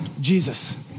Jesus